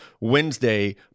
Wednesday